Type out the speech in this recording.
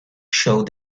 show